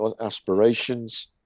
aspirations